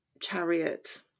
chariot